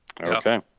Okay